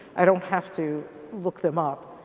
i don't have to look them up,